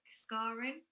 scarring